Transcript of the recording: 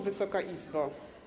Wysoka Izbo!